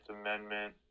Amendment